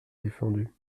défendu